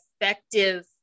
effective